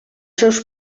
seus